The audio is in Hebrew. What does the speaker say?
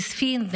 חיספין,